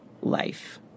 life